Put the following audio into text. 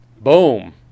Boom